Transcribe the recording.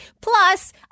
Plus